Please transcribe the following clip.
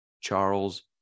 Charles